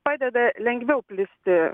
padeda lengviau plisti